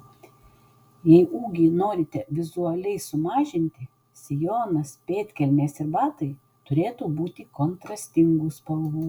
jei ūgį norite vizualiai sumažinti sijonas pėdkelnės ir batai turėtų būti kontrastingų spalvų